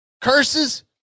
curses